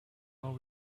are